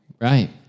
right